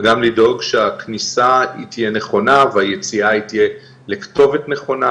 וגם לדאוג שהכניסה תהיה נכונה והיציאה תהיה לכתובת נכונה,